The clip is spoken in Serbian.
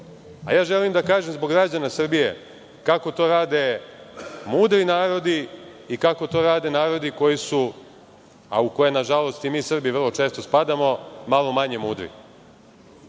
a ja želim da kažem zbog građana Srbije kako to rade mudri narodi i kako to rade narodi koji su, a u koje nažalost i mi Srbi vrlo često spadamo, malo manje mudri. Iz